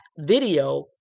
video